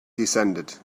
descended